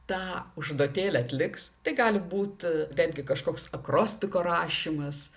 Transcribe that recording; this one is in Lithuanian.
tą užduotėlę atliks tai gali būt netgi kažkoks akrostiko rašymas